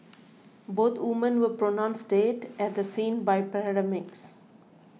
both women were pronounced dead at the scene by paramedics